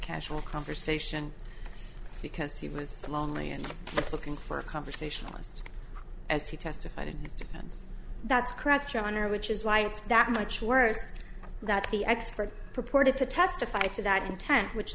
casual conversation because he was lonely and looking for a conversationalist as he testified in his defense that's correct your honor which is why it's that much worst that the expert purported to testify to that intent which